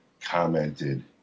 commented